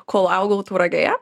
kol augau tauragėje